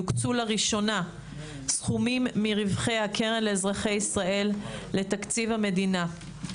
יוקצו לראשונה סכומים מרווחי הקרן לאזרחי ישראל לתקציב המדינה.